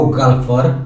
golfer